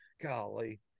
Golly